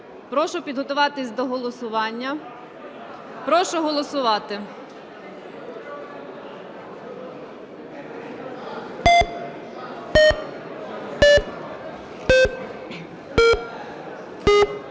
Прошу підготуватись до голосування. Прошу голосувати.